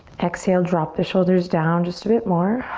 exhale, drop the shoulders down just a bit more.